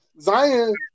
Zion